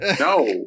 No